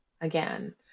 again